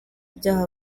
ibyaha